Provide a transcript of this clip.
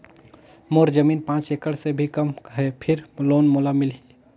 मोर जमीन पांच एकड़ से भी कम है फिर लोन मोला मिलही?